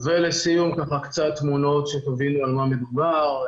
ולסיום קצת תמונות שתבינו על מה מדובר,